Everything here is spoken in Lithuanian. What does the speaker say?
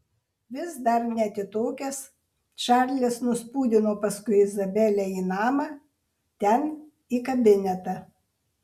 vis dar neatitokęs čarlis nuspūdino paskui izabelę į namą ten į kabinetą